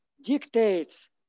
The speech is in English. dictates